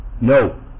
No